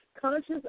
conscious